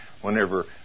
whenever